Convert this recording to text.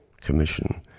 Commission